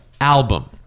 album